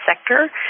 sector